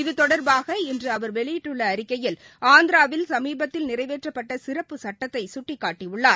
இது தொடர்பாக இன்று அவர் வெளியிட்டுள்ள அறிக்கையில் ஆந்திராவில் சமீபத்தில் நிறைவேற்றப்பட்ட சிறப்பு சுட்டத்தை சுட்டிக்காட்டியுள்ளார்